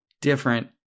different